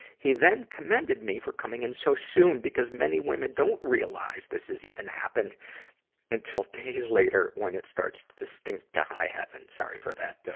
he then commended me for coming in so soon, because many women don't realize this has even happened until days later, when it starts to stink to high heaven. sorry for that, ah,